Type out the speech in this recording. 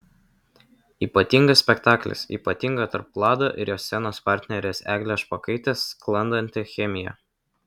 ypatingas spektaklis ypatinga tarp vlado ir jo scenos partnerės eglės špokaitės sklandanti chemija